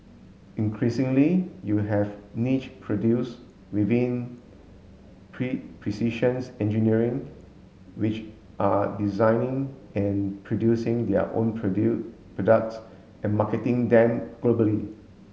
increasingly you have niche produced within precision's engineering which are designing and producing their own products and marketing them globally